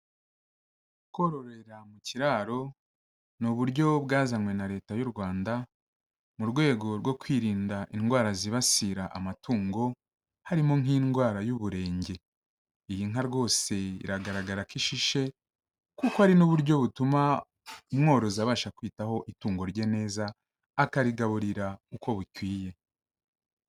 Kororera mu kiraro, ni uburyo bwazanywe na Leta y'u Rwanda, mu rwego rwo kwirinda indwara zibasira amatungo, harimo nk'indwara y'uburenge. Iyi nka rwose iragaragara ko ishishe, kuko ari n'uburyo butuma umworozi abasha kwitaho itungo rye neza, akarigaburira uko bikwiye.